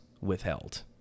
withheld